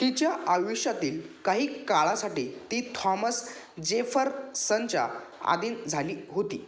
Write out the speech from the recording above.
तिच्या आयुष्यातील काही काळासाठी ती थॉमस जेफरसनच्या अधीन झाली होती